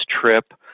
trip